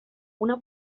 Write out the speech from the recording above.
una